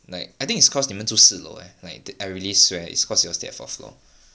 like I think it's cause 你们住四楼 eh like I really swear it's because you all stay at fourth floor